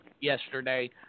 yesterday